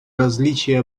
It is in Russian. различия